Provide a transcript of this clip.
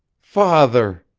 father!